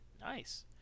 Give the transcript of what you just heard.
Nice